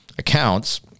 accounts